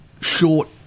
Short